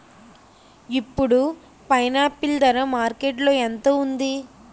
ఇప్పుడు పైనాపిల్ ధర మార్కెట్లో ఎంత ఉంది?